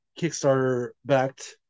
Kickstarter-backed